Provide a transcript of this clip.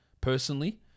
personally